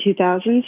2000s